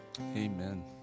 Amen